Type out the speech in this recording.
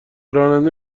راننده